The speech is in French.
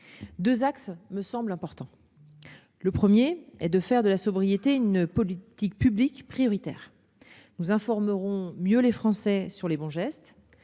Deux axes me semblent importants. Le premier axe est de faire de la sobriété une politique publique prioritaire. Nous informerons mieux les Français sur les bons gestes.